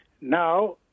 Now